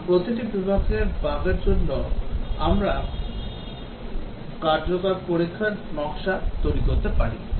এবং প্রতিটি বিভাগের বাগের জন্য আমরা কার্যকর পরীক্ষার নকশা তৈরি করতে পারি